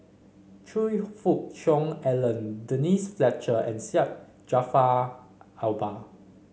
Choe Fook Cheong Alan Denise Fletcher and Syed Jaafar Albar